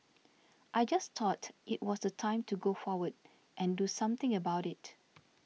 I just thought it was the time to go forward and do something about it